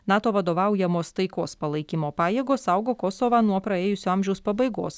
nato vadovaujamos taikos palaikymo pajėgos saugo kosovą nuo praėjusio amžiaus pabaigos